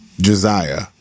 Josiah